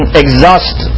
exhaust